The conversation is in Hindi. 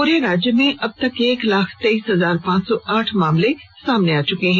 पूरे राज्य में अबतक एक लाख तेईस हजार पांच सौ आठ मामले सामने आ चुके हैं